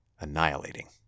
annihilating